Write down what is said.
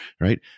right